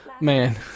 Man